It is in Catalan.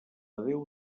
déu